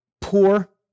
poor